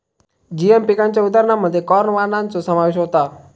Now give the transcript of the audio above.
GM पिकांच्या उदाहरणांमध्ये corn वाणांचो समावेश होता